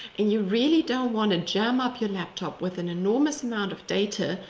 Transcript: and you really don't want to jam up your laptop with an enormous amount of data.